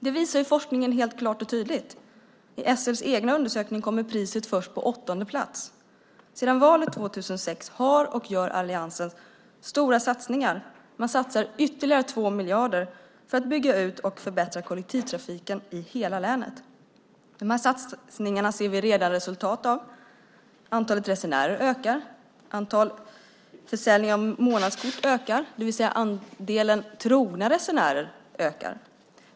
Det visar forskningen klart och tydligt. I SL:s egen undersökning kommer priset först på åttonde plats. Sedan valet 2006 har alliansen gjort, och man gör, stora satsningar. Man satsar ytterligare 2 miljarder för att bygga ut och förbättra kollektivtrafiken i hela länet. De här satsningarna ser vi redan resultat av. Antalet resenärer ökar. Försäljningen av månadskort ökar, det vill säga att andelen trogna resenärer ökar.